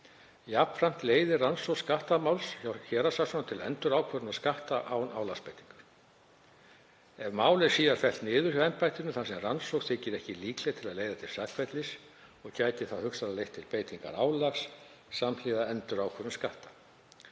Jafnframt leiðir rannsókn skattamáls hjá héraðssaksóknara til endurákvörðunar skatta án álagsbeitingar. Ef mál er síðar fellt niður hjá embættinu þar sem rannsókn þykir ekki líkleg til að leiða til sakfellingar gæti það hugsanlega leitt til beitingar álags samhliða endurákvörðun skatta.